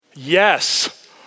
Yes